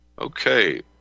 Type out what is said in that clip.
Okay